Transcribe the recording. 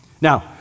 Now